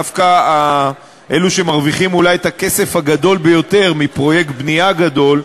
דווקא אלו שמרוויחים אולי את הכסף הגדול ביותר מפרויקט בנייה גדול,